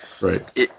Right